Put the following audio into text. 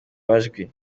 amajwi